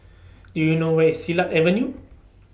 Do YOU know Where IS Silat Avenue